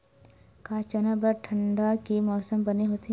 का चना बर ठंडा के मौसम बने होथे?